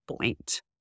point